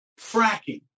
fracking